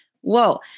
whoa